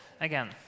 again